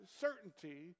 certainty